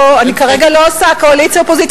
אני כרגע לא עושה קואליציה-אופוזיציה,